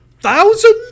Thousand